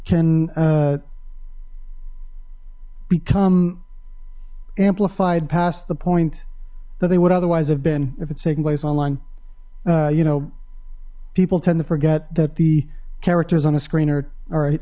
can can become amplified past the point that they would otherwise have been if it's taking place online you know people tend to forget that the characters on a screener